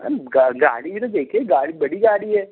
ma'am गाड़ी भी तो देखिए गाड़ी बड़ी गाड़ी है